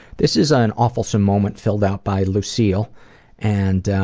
this is an awfulsome moment filled out by lucille and